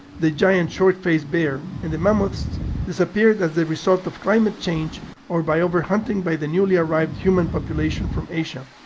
the giant short-faced bear and the mammoths disappeared as the result of climate change or by overhunting by the newly arrived human population from asia.